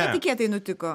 netikėtai nutiko